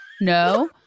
No